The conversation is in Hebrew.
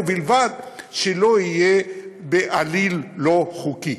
ובלבד שלא יהיה בעליל לא חוקי.